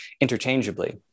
interchangeably